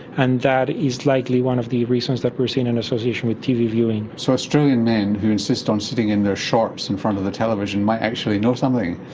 and that is likely one of the reasons that we're seeing an association with tv viewing. so australian men who insist on sitting in their shorts in front of the television might actually know something.